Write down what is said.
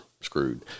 screwed